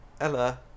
Ella